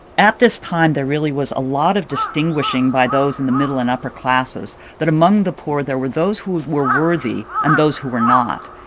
at this time, there really was a lot of distinguishing by those in the middle and upper classes that among the poor there were those who were worthy and those who were not.